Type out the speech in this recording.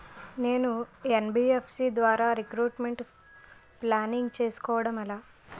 నేను యన్.బి.ఎఫ్.సి ద్వారా retirement planning చేసుకోవడం ఎలా?